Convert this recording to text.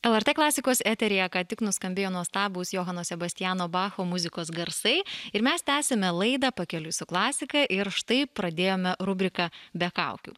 lrt klasikos eteryje ką tik nuskambėjo nuostabūs johano sebastiano bacho muzikos garsai ir mes tęsiame laidą pakeliui su klasika ir štai pradėjome rubriką be kaukių